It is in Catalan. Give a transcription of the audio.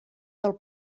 del